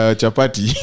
chapati